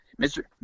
Mr